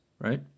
right